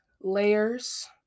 layers